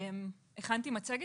הכנתי מצגת